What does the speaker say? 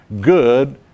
good